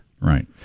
Right